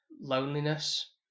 loneliness